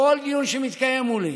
בכל דיון שמתקיים מולי,